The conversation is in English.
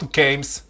games